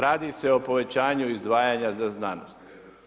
Radi se o povećanju izdvajanja za znanost.